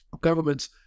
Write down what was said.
governments